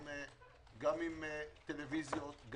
גם עם טלוויזיות,